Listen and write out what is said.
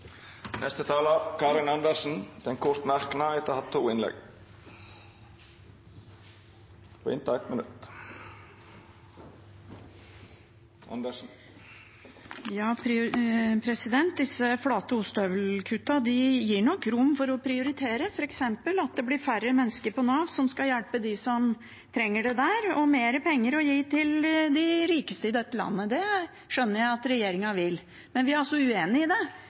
Karin Andersen har hatt ordet to gonger tidlegare og får ordet til ein kort merknad, avgrensa til 1 minutt. De flate ostehøvelkuttene gir nok rom for å prioritere, f.eks. at det blir færre mennesker på Nav som skal hjelpe dem som trenger det der, og mer penger å gi til de rikeste i dette landet. Det skjønner jeg at regjeringen vil. Men vi er uenig i det.